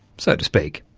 so to speak.